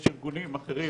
יש ארגונים אחרים